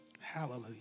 Hallelujah